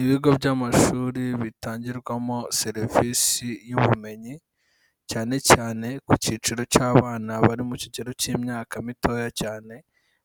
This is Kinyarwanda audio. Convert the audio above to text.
Ibigo by'amashuri bitangirwamo serivisi y'ubumenyi, cyane cyane ku cyiciro cy'abana bari mu kigero cy'imyaka mitoya cyane,